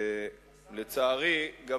ולצערי גם